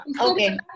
Okay